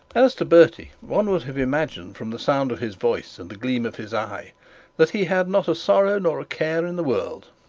as to bertie, one would have imagined from the sound of his voice and the gleam of his eye that he had not a sorrow nor a care in the world.